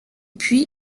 puis